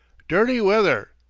dirty weather,